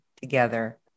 together